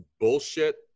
bullshit